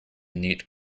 neat